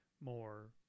more